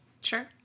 Sure